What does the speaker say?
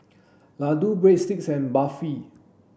Ladoo Breadsticks and Barfi